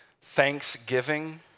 thanksgiving